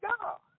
God